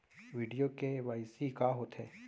video KYC का होथे